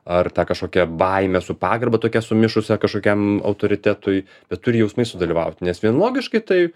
ar ta kažkokia baimė su pagarba tokia sumišusią kažkokiam autoritetui bet turi jausmai sudalyvaut nes vien logiškai tai